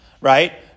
Right